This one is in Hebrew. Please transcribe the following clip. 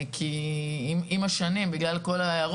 ולא הסכימו לזה.